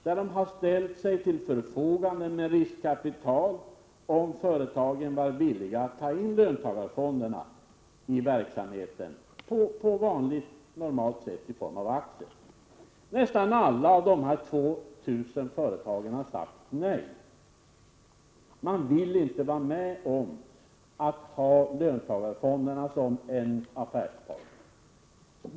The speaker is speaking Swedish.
Den har därvid ställt riskkapital till förfogande för företag som varit villiga att låta löntagarfonderna komma in i sin verksamhet genom aktieplaneringar. Nästan alla dessa 2 000 företag svarade nej. Företagen vill inte vara med om att ha löntagarfonderna som affärspartner.